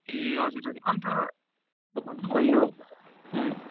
ए हजुर हजुर अन्त भन्नुभयो